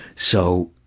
so,